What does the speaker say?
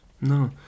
No